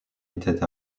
étaient